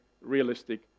realistic